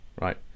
Right